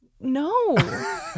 No